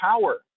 power